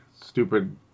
stupid